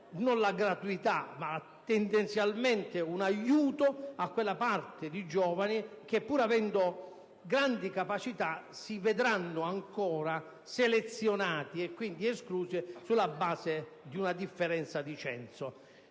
non la gratuità ma tendenzialmente un aiuto a quella parte di giovani che, pur avendo grandi capacità, si vedranno ancora una volta selezionati, e quindi esclusi, sulla base di una differenza di censo.